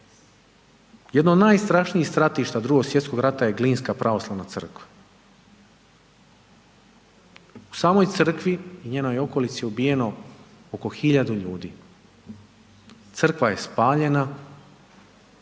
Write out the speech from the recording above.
Jedno od najstrašnijih stratišta Drugog svjetskog rata je Glinska pravoslavna crkva. U samoj crkvi i njenoj okolici je ubijeno oko hiljadu ljudi, crkva je spaljena,